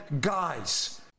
guys